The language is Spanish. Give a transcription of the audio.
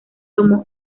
tomó